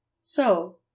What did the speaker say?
So